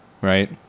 right